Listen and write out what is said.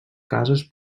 cases